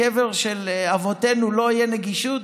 לקבר של אבותינו לא תהיה נגישות?